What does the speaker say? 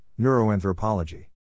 neuroanthropology